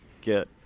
get